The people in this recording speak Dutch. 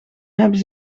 hebben